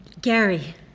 Gary